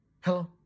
Hello